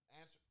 Answer